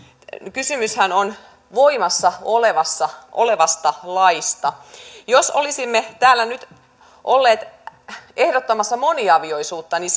kysymyshän on voimassa olevasta laista jos olisimme täällä nyt olleet ehdottamassa moniavioisuutta niin